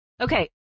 Okay